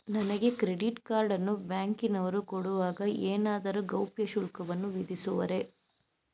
ನನಗೆ credit card ಅನ್ನು ಬ್ಯಾಂಕಿನವರು ಕೊಡುವಾಗ ಏನಾದರೂ ಗೌಪ್ಯ ಶುಲ್ಕವನ್ನು ವಿಧಿಸುವರೇ?